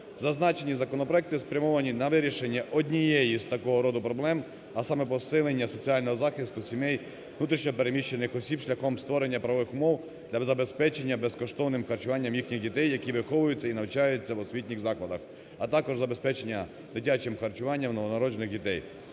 Зазначені законопроекти спрямовані на вирішення однієї з такого роду проблем, а саме посилення соціального захисту сімей внутрішньо переміщених осіб шляхом створення правових умов та забезпечення безкоштовним харчуванням їхніх дітей, які виховуються і навчаються в освітніх закладах, а також забезпечення дитячим харчуванням новонароджених дітей.